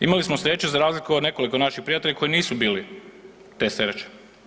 Imali smo sreće za razliku od nekoliko naših prijatelja koji nisu bili te sreće.